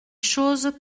choses